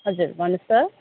हजुर भन्नुहोस् त